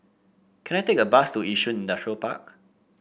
can I take a bus to Yishun Park